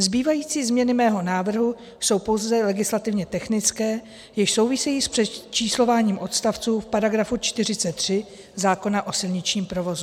Zbývající změny mého návrhu jsou pouze legislativně technické, jež souvisejí s přečíslováním odstavců v § 43 zákona o silničním provozu.